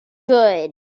good